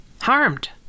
harmed